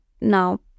now